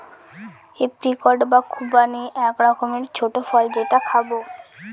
apricot বা খুবানি এক রকমের ছোট্ট ফল যেটা খাবো